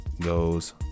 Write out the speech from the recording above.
goes